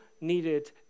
needed